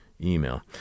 Email